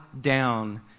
down